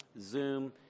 Zoom